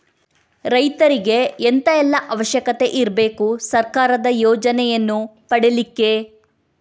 ರೈತರಿಗೆ ಎಂತ ಎಲ್ಲಾ ಅವಶ್ಯಕತೆ ಇರ್ಬೇಕು ಸರ್ಕಾರದ ಯೋಜನೆಯನ್ನು ಪಡೆಲಿಕ್ಕೆ?